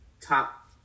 top